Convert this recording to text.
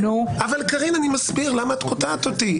למה את קוטעת אותי?